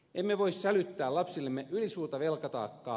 emme voi sälyttää lapsillemme ylisuurta velkataakkaa